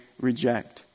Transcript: reject